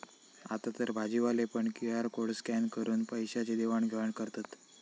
आतातर भाजीवाले पण क्यु.आर कोड स्कॅन करून पैशाची देवाण घेवाण करतत